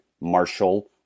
Marshall